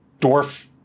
dwarf